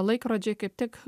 laikrodžiai kaip tik